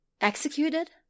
executed